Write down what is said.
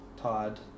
Todd